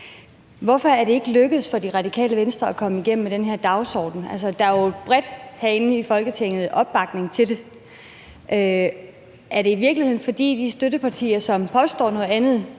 Hvorfor er det ikke lykkedes for Det Radikale Venstre at komme igennem med den her dagsorden? Altså, der er jo herinde i Folketinget bred opbakning til den. Er det i virkeligheden, fordi de støttepartier, som påstår noget andet,